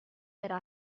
era